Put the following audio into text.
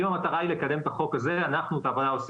אם המטרה היא לקדם את החוק הזה אנחנו עושים,